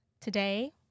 Today